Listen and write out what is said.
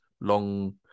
long